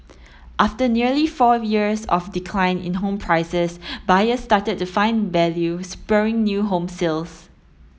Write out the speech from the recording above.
after nearly four years of decline in home prices buyers started to find value spurring new home sales